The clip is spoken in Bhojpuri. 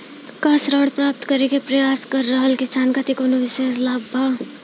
का ऋण प्राप्त करे के प्रयास कर रहल किसान खातिर कउनो विशेष लाभ बा?